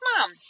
mom